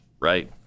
Right